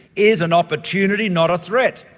is an opportunity, not a threat.